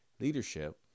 leadership